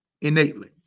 innately